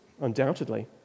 undoubtedly